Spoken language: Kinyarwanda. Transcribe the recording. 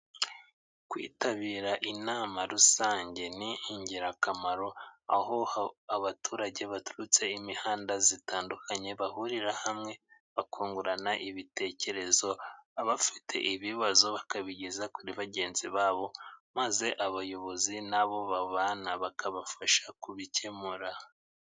Kwitabira inama rusange ni ingirakamaro, aho abaturage baturutse imihanda itandukanye bahurira hamwe bakungurana ibitekerezo. Abafite ibibazo bakabigeza kuri bagenzi babo maze abayobozi n'abo babana bakabafasha kubikemura.